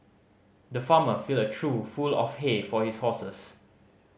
the farmer filled a trough full of hay for his horses